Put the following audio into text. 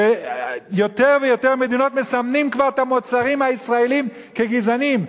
וביותר ויותר מדינות מסמנים כבר את המוצרים הישראליים כגזעניים.